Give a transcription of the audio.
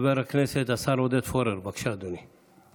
חבר הכנסת השר עודד פורר, בבקשה, אדוני.